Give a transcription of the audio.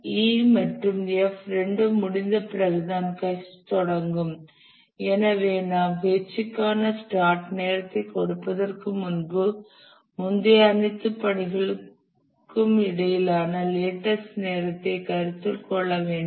E மற்றும் F இரண்டும் முடிந்தபிறகுதான் H தொடங்கும் எனவே நாம் H க்கான ஸ்டார்ட் நேரத்தை கொடுப்பதற்கு முன்பு முந்தைய அனைத்து பணிகளுக்கும் இடையிலான லேட்டஸ்ட் நேரத்தை கருத்தில் கொள்ள வேண்டும்